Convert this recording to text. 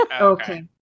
Okay